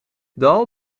dal